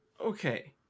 okay